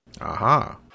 Aha